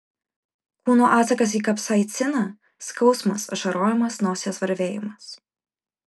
kūno atsakas į kapsaiciną skausmas ašarojimas nosies varvėjimas